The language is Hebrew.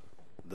בבקשה.